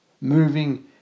moving